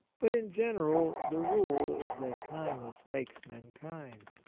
but, in general, the rule is that kindness makes men kind.